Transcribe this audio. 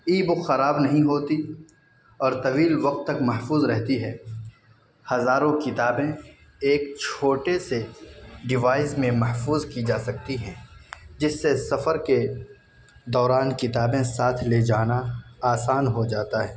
ای book خراب نہیں ہوتی اور طویل وقت تک محفوظ رہتی ہے ہزاروں کتابیں ایک چھوٹے سے ڈیوائس میں محفوظ کی جا سکتی ہیں جس سے سفر کے دوران کتابیں ساتھ لے جانا آسان ہو جاتا ہے